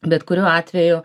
bet kuriuo atveju